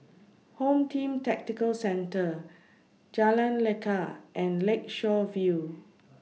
Home Team Tactical Centre Jalan Lekar and Lakeshore View